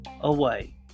away